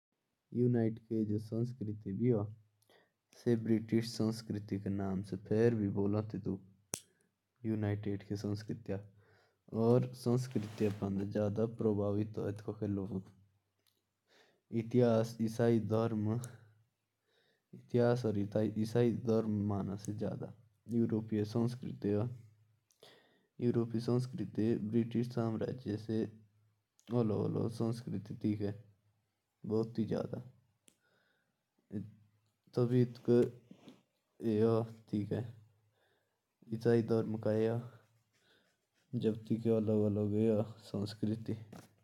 यूनाइटेड जो संस्कृति ह वहाँ भी साफ सफाई बहुत ज्यादा होती ह। और वहाँ इसाई धर्म बहुत ज्यादा मानते ह।